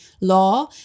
law